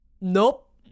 Nope